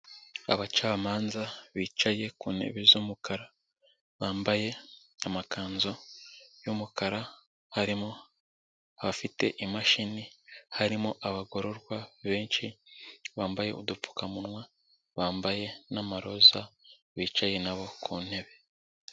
Abacamanza bicaye ku ntebe z'umukara bambaye amakanzu y'umukara harimo abafite imashini harimo abagororwa benshi bambaye udupfukamunwa bambaye n'amaroza bicaye nabo ku ntebe.